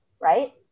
right